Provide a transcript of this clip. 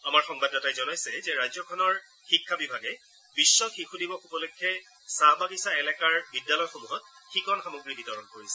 আমাৰ সংবাদদাতাই জনাইছে যে ৰাজ্যখনৰ শিক্ষা বিভাগে বিশ্ব শিশু দিৱস উপলক্ষে চাহ বাগিচা এলেকাৰ বিদ্যালয়সমূহত শিকন সামগ্ৰী বিতৰণ কৰিছে